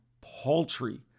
paltry